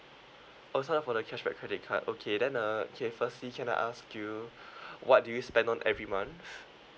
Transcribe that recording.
oh sign up for the cashback credit card okay then uh okay firstly can I ask you what do you spend on every month